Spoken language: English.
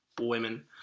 women